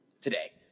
today